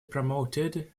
promoted